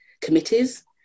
committees